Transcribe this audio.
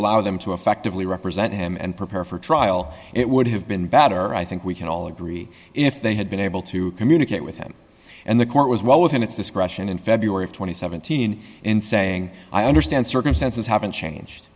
allow them to effectively represent him and prepare for trial it would have been better i think we can all agree if they had been able to communicate with him and the court was well within its discretion in february two thousand and seventeen in saying i understand circumstances haven't changed